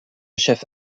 chef